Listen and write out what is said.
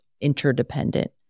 interdependent